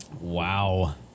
Wow